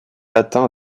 atteint